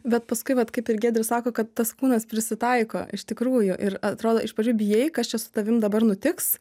bet paskui vat kaip ir giedrius sako kad tas kūnas prisitaiko iš tikrųjų ir atrodo iš pradžių bijai kas čia su tavim dabar nutiks